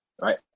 right